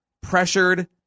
Pressured